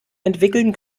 entwickeln